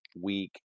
week